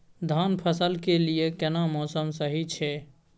धान फसल के लिये केना मौसम सही छै?